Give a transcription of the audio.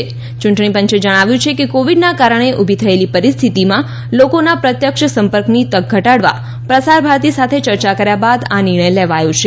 યુંટણી પંચે જણાવ્યું છે કે કોવીડના કારણે ઉભી થયેલી પરિસ્થિતિમાં લોકોના પ્રત્યક્ષ સંપર્કની તક ઘટાડવા પ્રસાર ભારતી સાથે ચર્ચા બાદ આ નિર્ણય લેવાયો છે